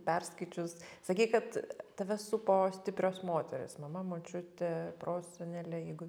perskaičius sakei kad tave supo stiprios moterys mama močiutė prosenelė jeigu